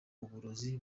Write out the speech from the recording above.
uburozi